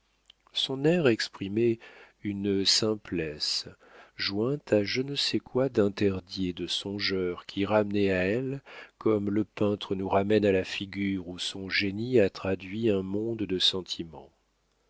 son air exprimait une simplesse jointe à je ne sais quoi d'interdit et de songeur qui ramenait à elle comme le peintre nous ramène à la figure où son génie a traduit un monde de sentiments